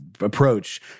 approach